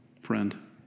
friend